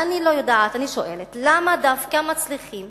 ואני לא יודעת, אני שואלת, למה דווקא מצליחים